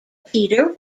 peter